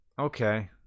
Okay